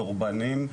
דורבנים,